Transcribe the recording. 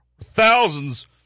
Thousands